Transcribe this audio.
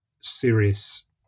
serious